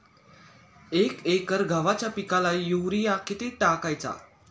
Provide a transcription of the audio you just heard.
एक एकर गव्हाच्या पिकाला युरिया किती टाकायचा?